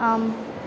ஆம்